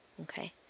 Okay